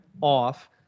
off